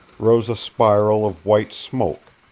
rose a spiral of white smoke,